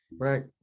Right